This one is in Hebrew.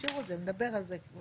תשאירו את זה, נדבר על זה.